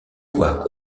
quoi